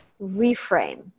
reframe